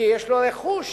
כי יש לו רכוש